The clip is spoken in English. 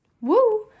Woo